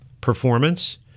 performance